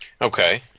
Okay